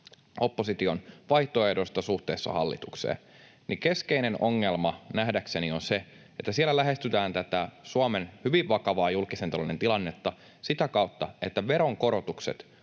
opposition vaihtoehdosta suhteessa hallitukseen, niin keskeinen ongelma nähdäkseni on se, että siellä lähestytään tätä Suomen hyvin vakavaa julkisen talouden tilannetta sitä kautta, että veronkorotukset